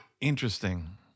Interesting